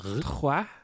Trois